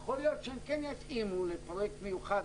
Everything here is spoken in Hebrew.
יכול להיות שהן כן יתאימו לפרויקט מיוחד,